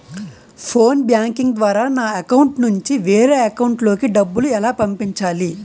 Phone banking ద్వారా నా account నుంచి వేరే అకౌంట్ లోకి డబ్బులు ఎలా పంపించాలి?